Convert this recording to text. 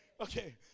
okay